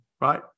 right